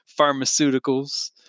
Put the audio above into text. pharmaceuticals